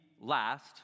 last